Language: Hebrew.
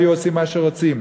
והיו עושים מה שרוצים.